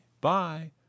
bye